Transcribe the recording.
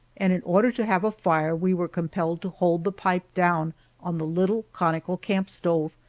and in order to have a fire we were compelled to hold the pipe down on the little conical camp stove,